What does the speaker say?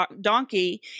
donkey